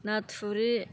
नाथुरि